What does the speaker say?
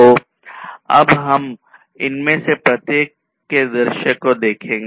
तो अब हम इनमें से प्रत्येक के दृश्य को देखें